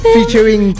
Featuring